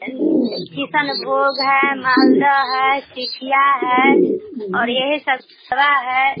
अन किसानभोग है मालदा है सीपिया है और यही है